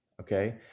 Okay